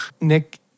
Nick